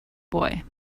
boy